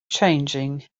changing